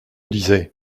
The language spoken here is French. disais